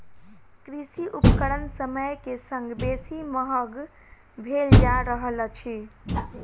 कृषि उपकरण समय के संग बेसी महग भेल जा रहल अछि